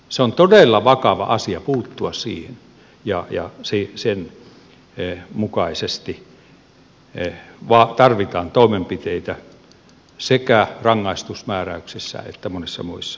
se on todella vakava syy puuttua siihen ja sen mukaisesti tarvitaan toimenpiteitä sekä rangaistusmääräyksissä että monissa muissa